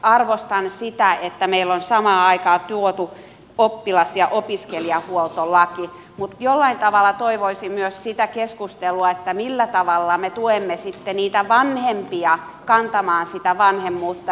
arvostan sitä että meillä on samaan aikaan tuotu oppilas ja opiskelijahuoltolaki mutta jollain tavalla toivoisin myös sitä keskustelua millä tavalla me tuemme sitten niitä vanhempia kantamaan sitä vanhemmuutta